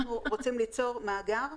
אנחנו רוצים ליצור מאגר,